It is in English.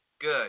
Good